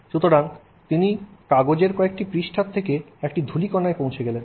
সুতরাং তিনি কাগজের কয়েকটি পৃষ্ঠার থেকে একটি ধূলিকণায় পৌঁছে গেলেন